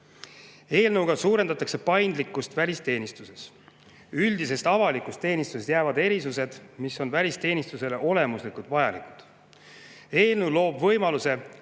Eelnõuga suurendatakse paindlikkust välisteenistuses. Üldisest avalikust teenistusest jäävad erisused, mis on välisteenistuse puhul olemuslikult vajalikud. Eelnõu loob võimaluse